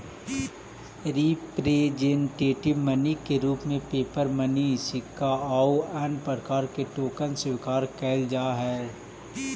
representative money के रूप में पेपर मनी सिक्का आउ अन्य प्रकार के टोकन स्वीकार कैल जा हई